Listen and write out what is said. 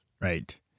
Right